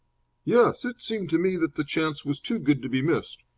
yes. it seemed to me that the chance was too good to be missed.